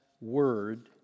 word